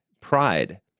pride